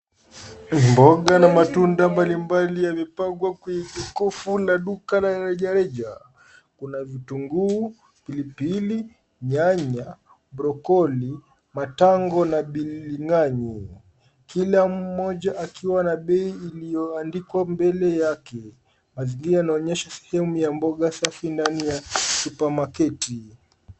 Mboga na matunda mbalimbali yamepangwa kwenye sanduku la duka lenye rejareja kuna vitunguu, pilipili, nyanya, brokoli na matango na bilinganyi. Kila moja akiwa na bei ilioandikwa mbele yake mazingira yanaonyesha sehemu ya mboga safi na supamaketi.